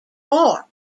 war